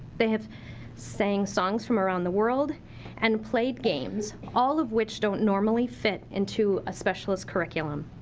they have sang songs from around the world and played games, all of which don't normally fit into a specialist curriculum.